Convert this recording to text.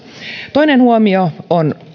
toinen huomio on